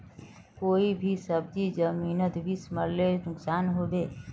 कोई भी सब्जी जमिनोत बीस मरले नुकसान होबे?